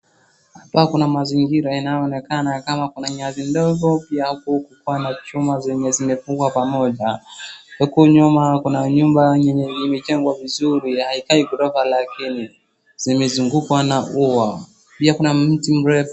Apa kuna mazingira inayoonekana kama manyasi ndogo, pia kuko na chuma zimefungwa pamoja. Huku nyuma kuna nyumba yenye imejengwa vizuri, haikai ghorofa lakini amezungukwa na ua. Pia kuna mti mrefu.